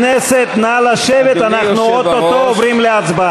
נשמעו קריאות ביניים, הוא רוצה להגיב.